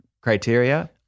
criteria